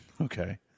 Okay